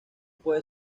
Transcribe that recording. puede